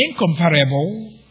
incomparable